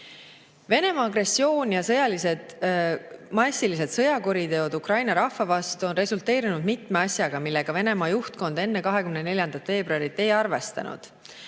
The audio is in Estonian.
Venemaa agressioon ja massilised sõjakuriteod Ukraina rahva vastu on resulteerunud mitme asjaga, millega Venemaa juhtkond enne 24. veebruari ei arvestanud.